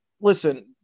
listen